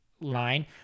line